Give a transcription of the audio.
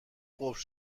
قفل